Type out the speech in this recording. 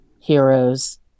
heroes